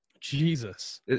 Jesus